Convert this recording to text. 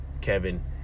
Kevin